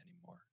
anymore